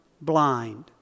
blind